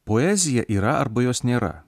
poezija yra arba jos nėra